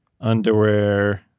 underwear